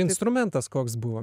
instrumentas koks buvo